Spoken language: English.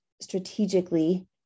strategically